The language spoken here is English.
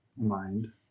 mind